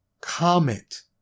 comment